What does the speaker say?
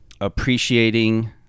appreciating